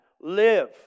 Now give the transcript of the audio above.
live